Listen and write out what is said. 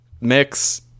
mix